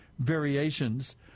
variations